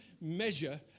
measure